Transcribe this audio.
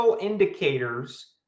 indicators